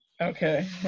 Okay